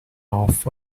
off